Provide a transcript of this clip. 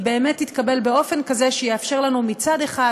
היא באמת תתקבל באופן כזה שיאפשר לנו מצד אחד